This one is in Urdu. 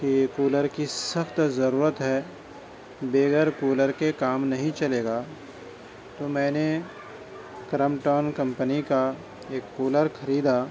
کہ کولر کی سخت ضرورت ہے بغیر کولر کے کام نہیں چلے گا تو میں نے کرامپٹن کمپنی کا ایک کولر خریدا